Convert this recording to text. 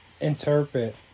interpret